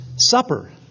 Supper